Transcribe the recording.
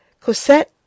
Cosette